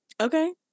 Okay